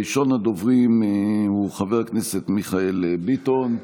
ראשון הדוברים הוא חבר הכנסת מיכאל ביטון.